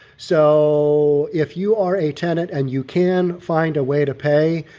so if you are a tenant and you can find a way to pay,